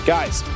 Guys